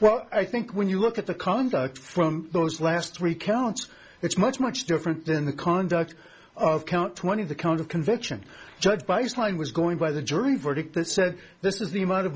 well i think when you look at the conduct from those last three counts it's much much different than the conduct of count twenty the count of conviction judged by this line was going by the jury verdict that said this is the amount of